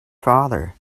father